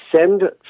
send